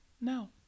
No